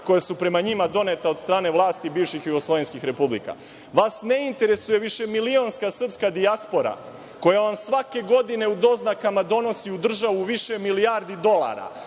koja su prema njima doneta od strane vlasti bivših jugoslovenskih republika. Vas ne interesuje višemilionska srpska dijaspora koja vam svake godine u doznakama donosi u državu više milijardi dolara.